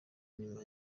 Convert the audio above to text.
nyuma